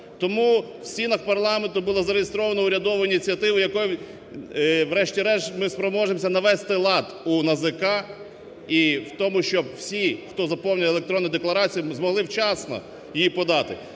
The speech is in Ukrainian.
Тому в стінах парламенту було зареєстровано урядову ініціативу, якою врешті-решт ми спроможемося навести лад у НАЗК і в тому, щоб всі, хто заповнює електронну декларацію, змогли вчасно її подати,